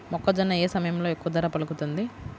మొక్కజొన్న ఏ సమయంలో ఎక్కువ ధర పలుకుతుంది?